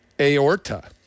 aorta